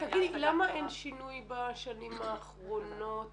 למה אין שינוי בשנים האחרונות,